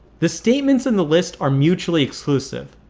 the statements in the list are mutually exclusive